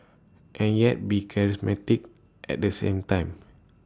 and yet be charismatic at the same time